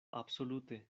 absolute